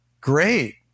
great